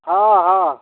हाँ हाँ